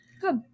Good